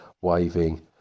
waving